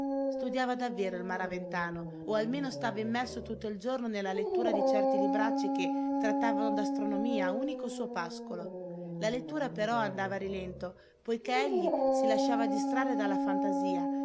studiava davvero il maraventano o almeno stava immerso tutto il giorno nella lettura di certi libracci che trattavano d'astronomia unico suo pascolo la lettura però andava a rilento poiché egli si lasciava distrarre dalla fantasia